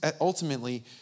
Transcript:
ultimately